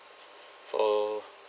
for